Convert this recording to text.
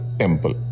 temple